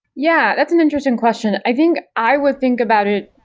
yeah, that's an interesting question. i think i would think about it,